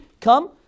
come